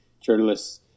journalists